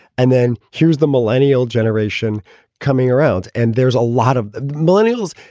and then here's the millennial generation coming around. and there's a lot of millennials.